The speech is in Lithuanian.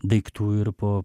daiktų ir po